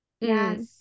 yes